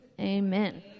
amen